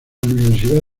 universidad